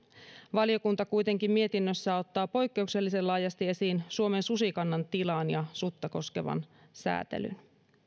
valiokunta kuitenkin mietinnössään ottaa poikkeuksellisen laajasti esiin suomen susikannan tilan ja sutta koskevan säätelyn